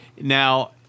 Now